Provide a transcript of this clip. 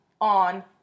on